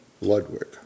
Ludwig